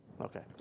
Okay